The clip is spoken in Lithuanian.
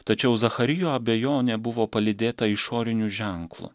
tačiau zacharijo abejonė buvo palydėta išoriniu ženklu